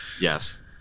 Yes